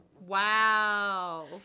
Wow